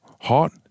hot